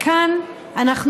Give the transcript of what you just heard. וכאן אנחנו